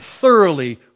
thoroughly